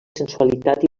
sensualitat